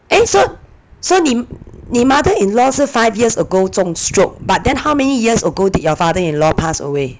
eh so so 你你 mother-in-law 是 five years ago 中 stroke but then how many years ago did your father-in-law pass away